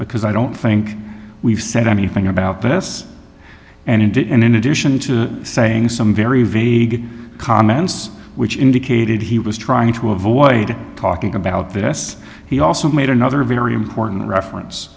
because i don't think we've said anything about the us and india and in addition to saying some very vague comments which indicated he was trying to avoid talking about the us he also made another very important reference